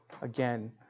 again